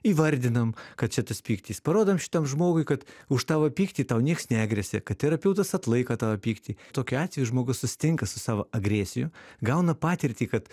įvardinam kad čia tas pyktis parodom šitam žmogui kad už tavo pyktį tau nieks negresia kad terapeutas atlaiko tavo pyktį tokiu atveju žmogus susitinka su savo agresiju gauna patirtį kad